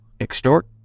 Extort